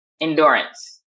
endurance